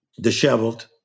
disheveled